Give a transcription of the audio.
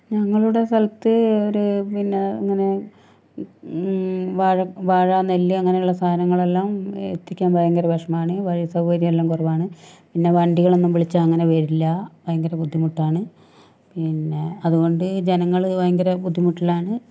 ഞങ്ങളുടെ സ്ഥലത്ത് ഒര് പിന്നെ ഇങ്ങനെ വാഴ വാഴ നെല്ല് അങ്ങനെയുള്ള സാധനങ്ങളെല്ലാം എത്തിക്കാൻ ഭയങ്കര വിഷമാണ് വഴി സൗകര്യം എല്ലാം കുറവാണ് പിന്നെ വണ്ടികളൊന്നും വിളിച്ചാൽ അങ്ങനെ വരില്ല ഭയങ്കര ബുദ്ധിമുട്ടാണ് പിന്നെ അതുകൊണ്ട് ജനങ്ങള് ഭയങ്കര ബുദ്ധിമുട്ടിലാണ്